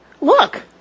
look